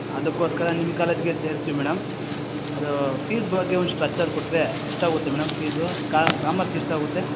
ಅದಕ್ಕೋಸ್ಕರ ನಿಮ್ಮ ಕಾಲೇಜ್ಗೆ ಸೇರ್ಸ್ತೀವಿ ಮೇಡಮ್ ಅದು ಸೀಟ್ ಬಗ್ಗೆ ಒಂದು ಸ್ಟ್ರಚ್ಚರ್ ಕೊಟ್ಟರೆ ಎಷ್ಟಾಗುತ್ತೆ ಮೇಡಮ್ ಫೀಸು ಕಾ ಕಾಮರ್ಸ್ಗೆ ಎಷ್ಟಾಗುತ್ತೆ